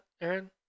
Aaron